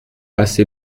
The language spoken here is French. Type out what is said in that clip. passé